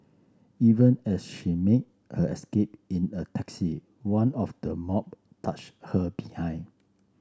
even as she made her escape in a taxi one of the mob touched her behind